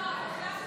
לא.